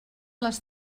les